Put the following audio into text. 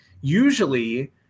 usually